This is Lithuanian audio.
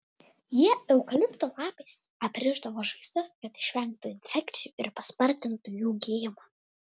jie eukalipto lapais aprišdavo žaizdas kad išvengtų infekcijų ir paspartintų jų gijimą